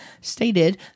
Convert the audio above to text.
stated